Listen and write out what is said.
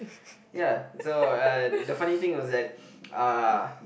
ya so uh the funny thing was that uh